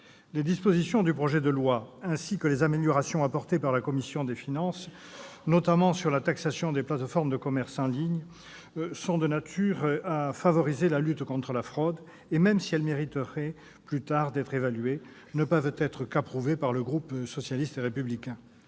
Des dispositions du projet de loi, ainsi que les améliorations apportées par la commission des finances, notamment sur la taxation des plateformes de commerce en ligne, sont de nature à favoriser la lutte contre la fraude. Même si elles mériteraient d'être évaluées par la suite, elles ne peuvent qu'être approuvées par le groupe socialiste et républicain.